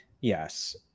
Yes